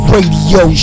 Radio